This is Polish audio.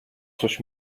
coś